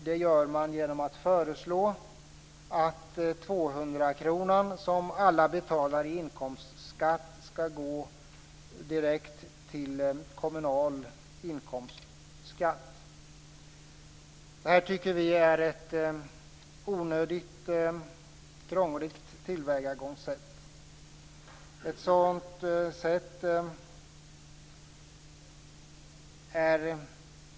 Det gör man genom att föreslå att 200-kronan, som alla betalar i inkomstskatt, skall gå direkt till kommunal inkomstskatt. Detta tycker vi är ett onödigt krångligt tillvägagångssätt.